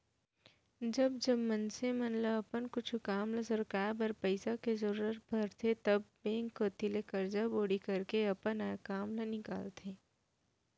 जब जब मनसे मन ल अपन कुछु काम ल सरकाय बर पइसा के जरुरत परथे तब बेंक कोती ले करजा बोड़ी करके अपन आय काम ल निकालथे